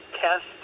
test